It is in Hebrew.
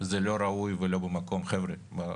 אני חושב שזה לא ראוי ולא במקום, חבר'ה,